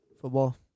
Football